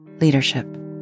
leadership